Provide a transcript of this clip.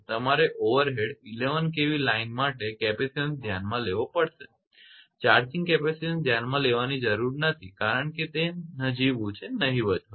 તમારે overhead 11 kV line માટે capacitance ધ્યાનમાં લેવો પડશે ચાર્જિંગ કેપેસિટીન્સ ધ્યાનમાં લેવાની જરૂર નથી કારણ કે તે નજીવુંનહિવત હોય છે